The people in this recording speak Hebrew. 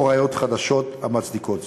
או ראיות חדשות המצדיקות זאת.